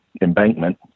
embankment